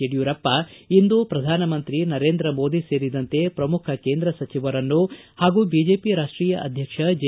ಯಡಿಯೂರಪ್ಪ ಇಂದು ಪ್ರಧಾನಮಂತ್ರಿ ನರೇಂದ್ರ ಮೋದಿ ಸೇರಿದಂತೆ ಪ್ರಮುಖ ಕೇಂದ್ರ ಸಚಿವರನ್ನು ಹಾಗೂ ಬಿಜೆಪಿ ರಾಷ್ಷೀಯ ಆಧ್ಯಕ್ಷ ಜೆ